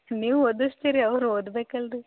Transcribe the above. ನೀವು ಓದಿಸ್ತೀರಿ ಅವ್ರು ಓದ್ಬೇಕು ಅಲ್ರಿ